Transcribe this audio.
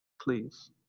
Please